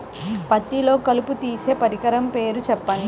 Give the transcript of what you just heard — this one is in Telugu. పత్తిలో కలుపు తీసే పరికరము పేరు చెప్పండి